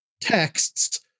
texts